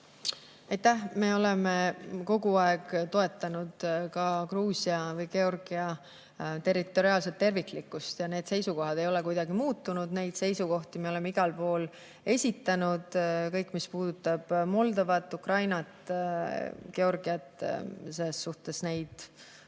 Aitäh! Me oleme kogu aeg toetanud Gruusia või Georgia territoriaalset terviklikkust ja need seisukohad ei ole kuidagi muutunud. Neid seisukohti me oleme igal pool esitanud, kõige selle suhtes, mis puudutab Moldovat, Ukrainat, Georgiat. Siin ei